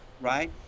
right